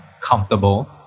comfortable